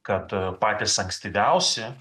kad patys ankstyviausi